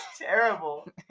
terrible